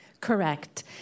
Correct